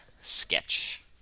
sketch